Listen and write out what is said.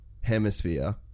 hemisphere